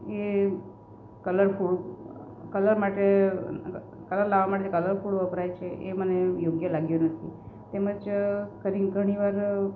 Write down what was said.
colourful colour માટે colour લાવવા માટે કલરફૂલ વપરાય છે એ મને યોગ્ય લાગતું નથી તેમ જ ઘણીવાર